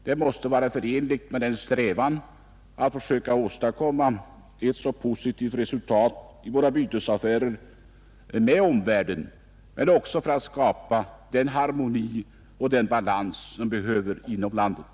Det måste vara förenligt med vår strävan att åstadkomma ett positivt resultat i våra bytesaffärer och skapa den harmoni och balans som vi behöver få inom landet.